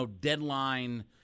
deadline